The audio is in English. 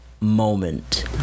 moment